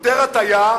יותר הטעיה